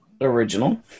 original